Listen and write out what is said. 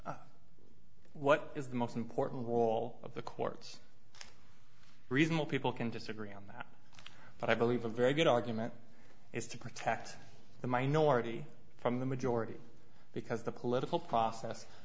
ambulance what is the most important role of the courts reasonable people can disagree on that but i believe a very good argument is to protect the minority from the majority because the political process